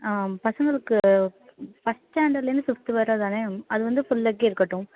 ஆ பசங்களுக்கு ஃபர்ஸ்ட் ஸ்டாண்டர்ட்லேர்ந்து ஃபிஃப்த் வரை தானே அது வந்து ஃபுல் லெக் இருக்கட்டும்